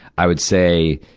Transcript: i would say,